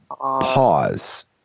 pause